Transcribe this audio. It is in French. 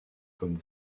comme